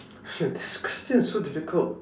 this question is so difficult